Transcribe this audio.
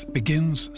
begins